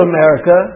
America